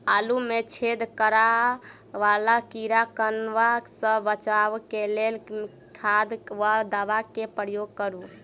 आलु मे छेद करा वला कीड़ा कन्वा सँ बचाब केँ लेल केँ खाद वा दवा केँ प्रयोग करू?